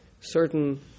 certain